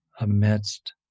amidst